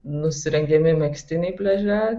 nusirengiami megztiniai pliaže